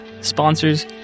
sponsors